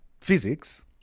physics